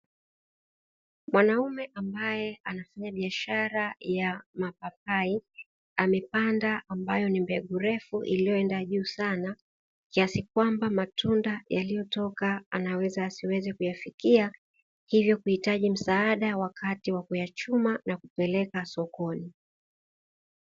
Mwanaume ambae anafanya biashara ya mapapai amepanda ambayo ni mbegu ndefu, iliyoenda juu sana kiasi kwamba matunda yaliyotoka anaweza asiweze kuyafikia hivyo kuhitaji msaada wakati wa kuyachuma na kupeleka sokoni.